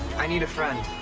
i need a friend.